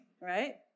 Right